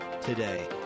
today